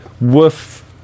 woof